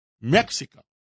Mexico